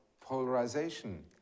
polarization